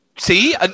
See